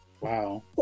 Wow